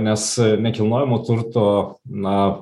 nes nekilnojamo turto na